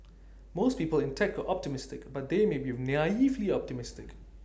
most people in tech are optimistic but they may be naively optimistic